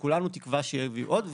וכולנו תקווה שיהיו עוד.